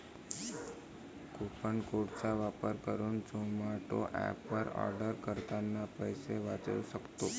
coupon code चा वापर करुन झोमाटो एप वर आर्डर करतांना पैसे वाचउ सक्तो